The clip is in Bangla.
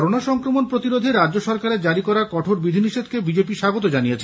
করোনা সংক্রমণ প্রতিরোধে রাজ্য সরকারের জারি করা কঠোর বিধি নিষেধকে বিজেপি স্বাগত জানিয়েছে